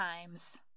times